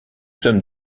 sommes